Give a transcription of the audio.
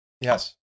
Yes